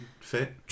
fit